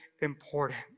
important